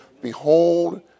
Behold